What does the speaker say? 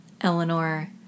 Eleanor